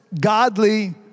godly